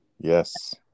Yes